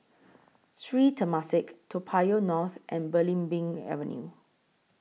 Sri Temasek Toa Payoh North and Belimbing Avenue